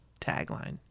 tagline